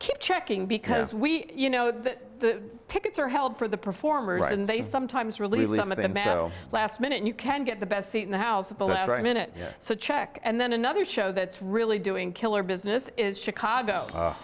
keep checking because we you know that the tickets are held for the performers and they sometimes release the last minute you can get the best seat in the house at the minute so check and then another show that's really doing killer business is chicago